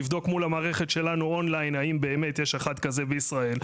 לבדוק מול המערכת שלנו און-ליין האם באמת יש אחד כזה בישראל,